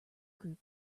group